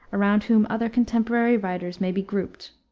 around whom other contemporary writers may be grouped.